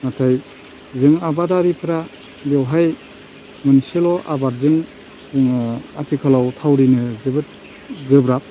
नाथाय जों आबादारिफोरा बेवहाय मोनसेल' आबादजों जोङो आथिखालाव थावरिनो जोबोद गोब्राब